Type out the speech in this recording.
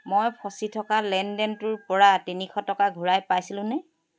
মই ফচি থকা লেনদেনটোৰ পৰা তিনিশ টকা ঘূৰাই পাইছিলোনে